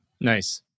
Nice